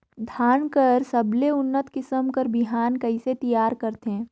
धान कर सबले उन्नत किसम कर बिहान कइसे तियार करथे?